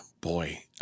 boy